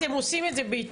אתם עושים את זה בהתנדבות.